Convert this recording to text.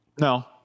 No